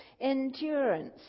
endurance